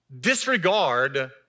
disregard